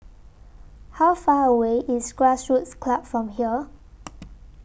How Far away IS Grassroots Club from here